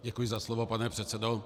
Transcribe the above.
Děkuji za slovo, pane předsedo.